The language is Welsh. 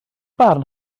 barn